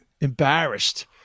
embarrassed